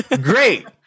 Great